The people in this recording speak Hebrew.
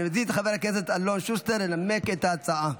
אני מזמין את חבר הכנסת אלון שוסטר לנמק את ההצעה.